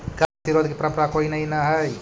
कर प्रतिरोध की परंपरा कोई नई न हई